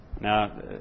Now